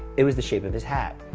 it was the shape of his hat.